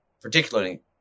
particularly